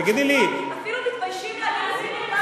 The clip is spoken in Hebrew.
תגידי לי, אפילו מתביישים להגיד,